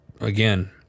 again